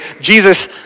Jesus